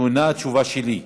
זאת אינה התשובה שלי,